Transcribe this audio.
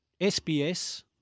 SBS